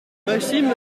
maxime